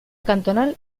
cantonal